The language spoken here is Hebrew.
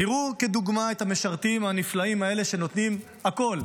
תראו כדוגמה את המשרתים הנפלאים האלה שנותנים הכול,